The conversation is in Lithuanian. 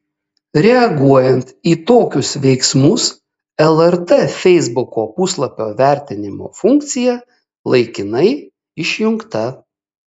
reaguojant į tokius veiksmus lrt feisbuko puslapio vertinimo funkcija laikinai išjungta